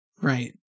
Right